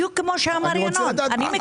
בדיוק כמו שאמר ינון.